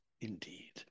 indeed